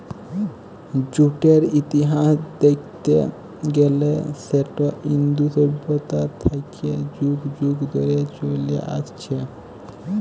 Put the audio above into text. জুটের ইতিহাস দ্যাইখতে গ্যালে সেট ইন্দু সইভ্যতা থ্যাইকে যুগ যুগ ধইরে চইলে আইসছে